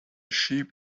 sheep